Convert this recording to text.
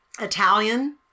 Italian